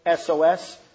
SOS